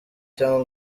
cyangwa